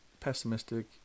Pessimistic